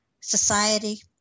society